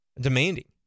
Demanding